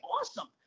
awesome